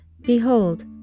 Behold